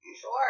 Sure